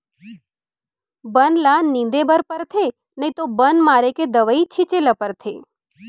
बन ल निंदे बर परथे नइ तो बन मारे के दवई छिंचे ल परथे